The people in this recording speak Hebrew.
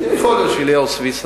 יכול להיות שאליהו סויסה.